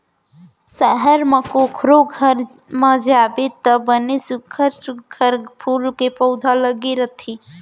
सहर म कोकरो घर म जाबे त बने सुग्घर सुघ्घर फूल के पउधा लगे रथे